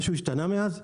משהו השתנה מאז?